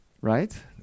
right